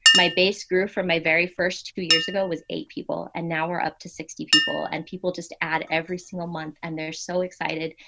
my base grew from my very first two years ago was eight people. and now we're up to sixty people and people just add every single month. and they're so excited.